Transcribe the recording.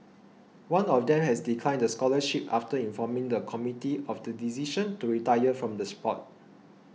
one of them has declined the scholarship after informing the committee of the decision to retire from the sport